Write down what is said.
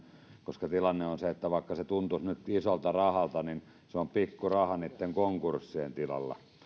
koska tilanne on se että vaikka se tuntuisi nyt isolta rahalta niin se on pikkuraha niitten konkurssien tilalla